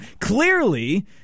Clearly